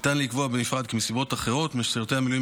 ניתן לקבוע בנפרד כי מסיבות אחרות משרתי המילואים